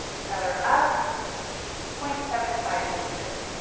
that are up point seven five inches.